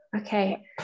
Okay